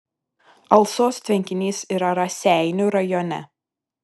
alsos tvenkinys yra raseinių rajone